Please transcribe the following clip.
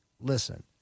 Listen